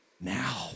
now